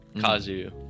Kazu